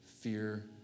Fear